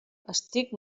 estic